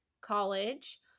college